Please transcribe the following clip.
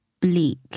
bleak